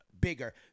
bigger